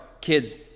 kids